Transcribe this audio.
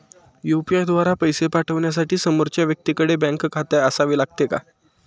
UPI द्वारा पैसे पाठवण्यासाठी समोरच्या व्यक्तीकडे बँक खाते असावे लागते का?